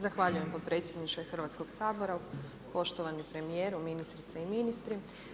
Zahvaljujem potpredsjedniče Hrvatskoga sabora, poštovani premijeru, ministrice i ministri.